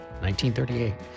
1938